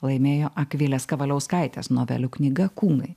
laimėjo akvilės kavaliauskaitės novelių knyga kūnai